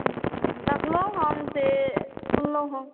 देखलहुॅं हम से सुनलहुॅं हें